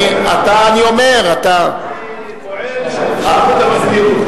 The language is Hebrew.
אני אומר, אתה, אני פועל בשליחות המזכירות.